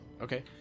Okay